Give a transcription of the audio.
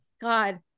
God